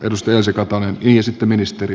niin ja sitten ministeri